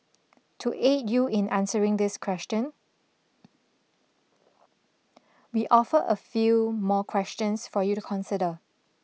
to aid you in answering this question we offer a few more questions for you to consider